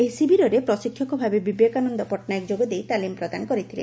ଏହି ଶିବିରରେ ପ୍ରଶିକ୍ଷକ ଭାବରେ ବିବେକାନନ ପଟ୍ଟନାୟକ ଯୋଗଦେଇ ତାଲିମ ପ୍ରଦାନ କରିଥିଲେ